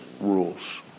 rules